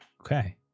Okay